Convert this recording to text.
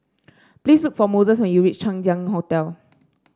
please look for Moses when you reach Chang Ziang Hotel